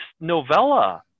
novella